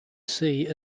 sea